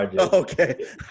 Okay